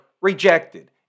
rejected